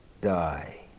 die